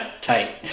tight